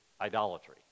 idolatry